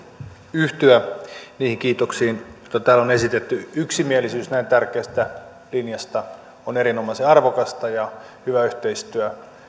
yhtyä niihin kiitoksiin joita täällä on esitetty yksimielisyys näin tärkeästä linjasta on erinomaisen arvokasta ja hyvä yhteistyö